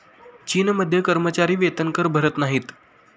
चीनमध्ये कर्मचारी वेतनकर भरत नाहीत